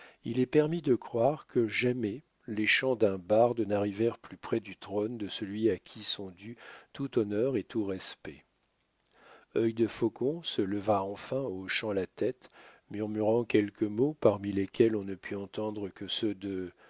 il est permis de croire que jamais les chants d'un barde n'arrivèrent plus près du trône de celui à qui sont dus tout honneur et tout respect œil de faucon se leva enfin en hochant la tête murmurant quelques mots parmi lesquels on ne put entendre que ceux de